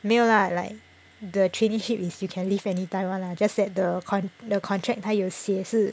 没有 lah like the traineeship is you can leave anytime [one] lah just that the the contract 他有写是